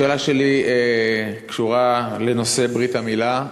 השאלה שלי קשורה לנושא ברית המילה.